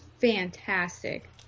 fantastic